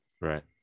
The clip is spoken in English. right